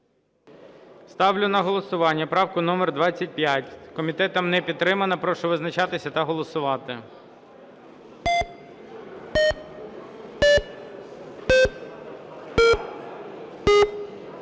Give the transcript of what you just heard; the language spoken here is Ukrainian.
Ставлю на голосування правку номер 25. Комітетом не підтримана. Прошу визначатися та голосувати.